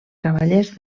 cavallers